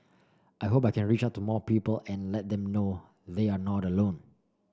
I hope I can reach out to more people and let them know they're not alone